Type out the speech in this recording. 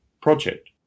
project